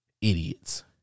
idiots